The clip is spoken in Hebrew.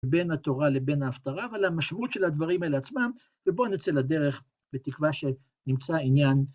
‫בין התורה לבין ההפטרה, ‫ולמשמעות של הדברים האלה עצמם, ‫ובואו נצא לדרך, ‫בתקווה שנמצא עניין.